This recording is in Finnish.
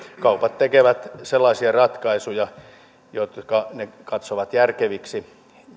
kaupat tekevät sellaisia ratkaisuja jotka ne katsovat järkeviksi